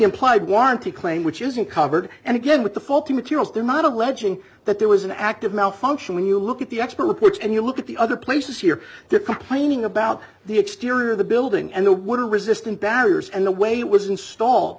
implied warranty claim which isn't covered and again with the faulty materials they're not alleging that there was an active malfunction when you look at the expert reports and you look at the other places here they're complaining about the exterior of the building and the water resistant barriers and the way it was installed